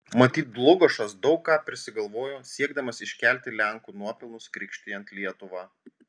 matyt dlugošas daug ką prisigalvojo siekdamas iškelti lenkų nuopelnus krikštijant lietuvą